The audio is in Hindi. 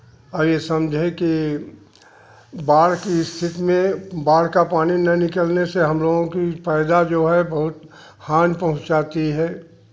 और यह समझे कि बाढ़ की स्थिति में बाढ़ का पानी न निकलने से हम लोग की पैदा जो है बहुत हानि पहुँचाती है